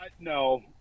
No